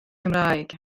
cymraeg